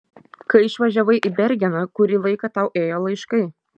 kai išvažiavai į bergeną kurį laiką tau ėjo laiškai